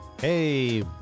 Hey